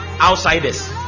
outsiders